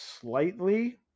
slightly